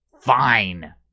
Fine